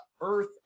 earth